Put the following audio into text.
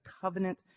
covenant